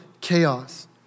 chaos